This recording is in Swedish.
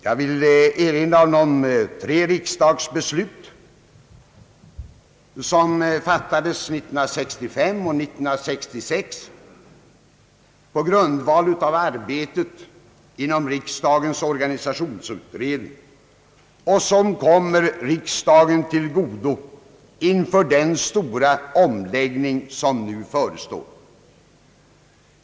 Jag vill erinra om de tre riksdagsbeslut som fattades 1965 och 1966 på grundval av arbetet inom riksdagens organisationsutredning och som kom riksdagen till godo inför den stora omvälvning som nu förestår.